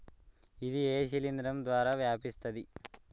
ఇది ఏ శిలింద్రం ద్వారా వ్యాపిస్తది?